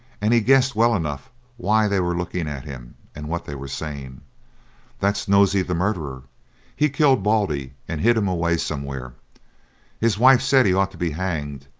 and he guessed well enough why they were looking at him and what they were saying that's nosey the murderer he killed baldy and hid him away somewhere his wife said he ought to be hanged,